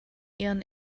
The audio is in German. ihren